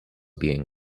being